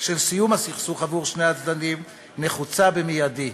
של סיום הסכסוך עבור שני הצדדים, נחוצה במיידי.